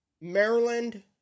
Maryland